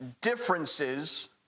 Differences